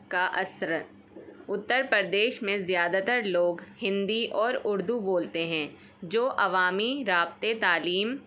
کا اثر اتر پردیش میں زیادہ تر لوگ ہندی اور اردو بولتے ہیں جو عوامی رابطے تعلیم